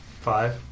Five